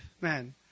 man